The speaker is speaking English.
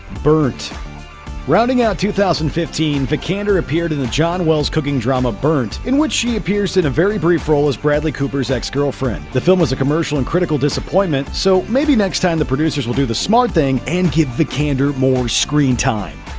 burnt rounding out two thousand and fifteen, vikander appeared in the john wells cooking drama burnt, in which she appears in a very brief role as bradley cooper's ex-girlfriend. the film was a commercial and critical disappointment, so maybe next time the producers will do the smart thing and give vikander more screen time!